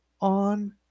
on